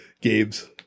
games